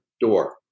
door